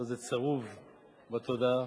הלוא זה צרוב בתודעה,